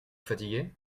fatigué